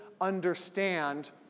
understand